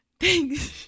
thanks